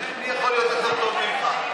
מי יכול להיות יותר טוב ממך?